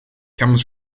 comes